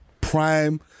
prime